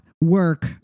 work